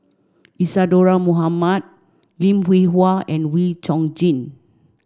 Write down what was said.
Isadhora Mohamed Lim Hwee Hua and Wee Chong Jin